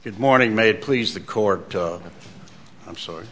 good morning made please the court i'm sorry